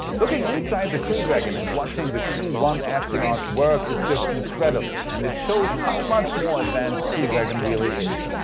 looking inside the crew dragon and watching the crew one astronauts work is just incredible and it shows, how much more advanced crew dragon really is.